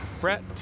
brett